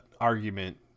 argument